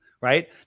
right